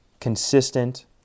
consistent